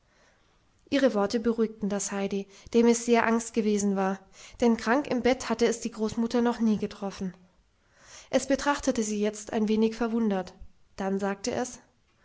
ihre worte beruhigten das heidi dem es sehr angst gewesen war denn krank im bett hatte es die großmutter noch nie getroffen es betrachtete sie jetzt ein wenig verwundert dann sagte es